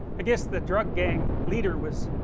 i guess the drug gang leader was,